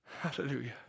Hallelujah